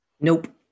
Nope